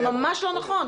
זה ממש לא נכון.